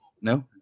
No